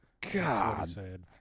God